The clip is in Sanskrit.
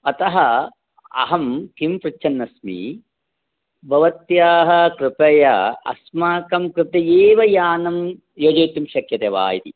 अतः अहं किं पृच्छन्नस्मि भवत्याः कृपया अस्माकं कृते एव यानं योजयितुं शक्यते वा इति